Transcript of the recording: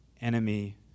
enemy